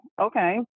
okay